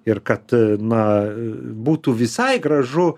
ir kad na būtų visai gražu